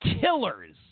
killers